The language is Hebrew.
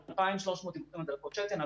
2,300 דיווחים על דלקות שתן.